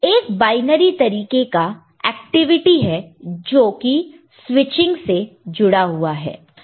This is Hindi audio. एक बायनरी तरीके का एक्टिविटी है जोकि स्विचिंग से जुड़ा हुआ है